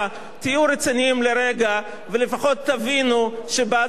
ולפחות תבינו שבהצבעה הזאת אתם האחרונים